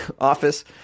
office